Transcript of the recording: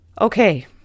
Okay